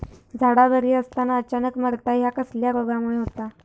झाडा बरी असताना अचानक मरता हया कसल्या रोगामुळे होता?